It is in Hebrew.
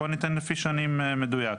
בוא ניתן לפי שנים מדויק,